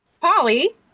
Polly